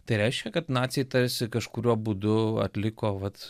tai reiškia kad naciai tarsi kažkuriuo būdu atliko vat